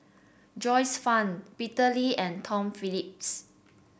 Joyce Fan Peter Lee and Tom Phillips